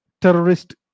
terrorist